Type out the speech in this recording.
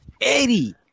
Eddie